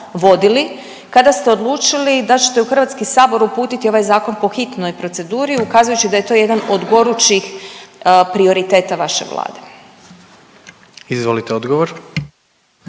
kada ste odlučili da ćete u Hrvatski sabor uputiti ovaj zakon po hitnoj proceduri ukazujući da je to jedan od gorućih prioriteta vaše Vlade? **Jandroković,